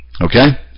Okay